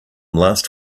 last